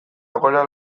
egoera